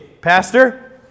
Pastor